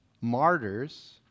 martyrs